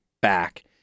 back